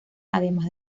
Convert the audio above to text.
además